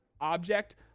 object